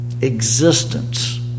existence